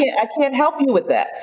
i can't help you with that.